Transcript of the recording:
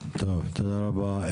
טוב, תודה רבה.